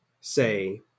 say